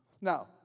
Now